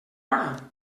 hora